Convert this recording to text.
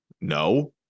No